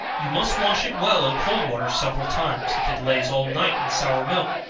you must wash it well in cold water several times, if it lays all night in sour milk,